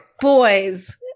boys